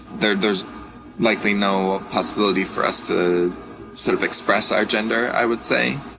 there's there's likely no possibility for us to sort of express our gender, i would say.